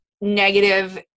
negative